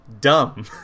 dumb